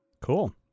Cool